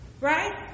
Right